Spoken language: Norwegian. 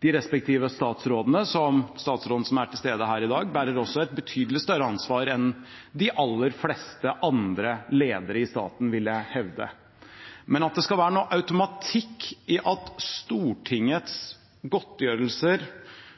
De respektive statsrådene, som statsråden som er til stede her i dag, bærer også et betydelig større ansvar enn de aller fleste andre ledere i staten, vil jeg hevde. Men at det skal være noen automatikk i at Stortingets godtgjørelser